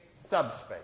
subspace